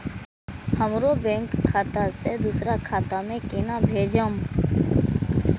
हमरो बैंक खाता से दुसरा खाता में केना भेजम?